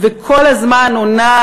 וכל הזמן הוא נע,